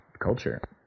culture